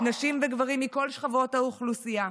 נשים וגברים מכל שכבות האוכלוסייה.